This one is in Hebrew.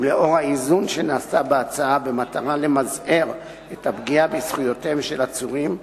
ולאור האיזון שנעשה בהצעה במטרה למזער את הפגיעה בזכויותיהם של עצורים,